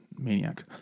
maniac